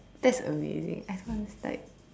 that's amazing I find it's like